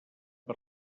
per